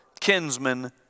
kinsman